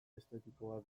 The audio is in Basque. estetikoa